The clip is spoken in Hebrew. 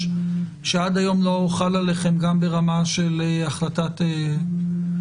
שעד היום לא חל עליכם אפילו ברמה של החלטת ממשלה.